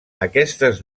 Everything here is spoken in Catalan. aquestes